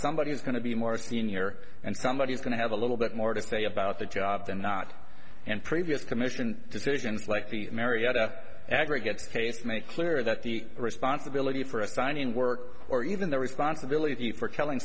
somebody is going to be more senior and somebody is going to have a little bit more detail about the job than not and previous commission decisions like the marietta aggregate case make clear that the responsibility for a signing work or even the responsibility for killing